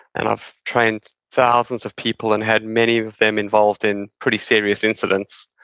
and i've trained thousands of people and had many of of them involved in pretty serious incidents,